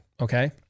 okay